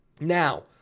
Now